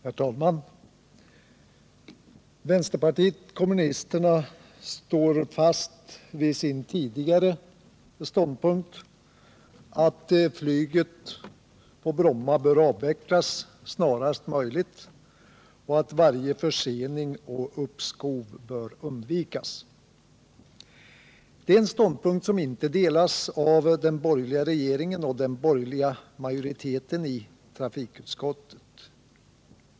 Herr talman! Vänsterpartiet kommunisterna står fast vid sin tidigare = Flygplatsfrågan i ståndpunkt att flyget på Bromma bör avvecklas snarast möjligt och att — Stockholmsregiovarje försening och varje uppskov bör undvikas. Det är en ståndpunkt nen som inte delas av den borgerliga regeringen och den borgerliga majoriteten i trafikutskottet.